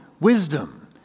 wisdom